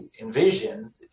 envision